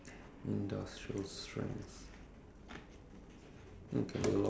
industrial strength eh